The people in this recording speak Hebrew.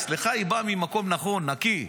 אצלך היא באה ממקום נכון, נקי,